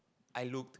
I looked